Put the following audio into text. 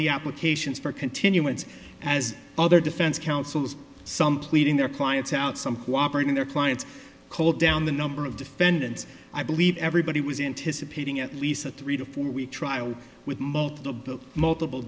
the applications for continuance as other defense counsels some pleading their clients out some cooperate in their clients hold down the number of defendants i believe everybody was in to supporting at least a three to four week trial with multiple multiple